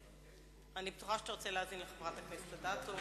אני בטוחה שאתה רוצה להאזין לחברת הכנסת אדטו.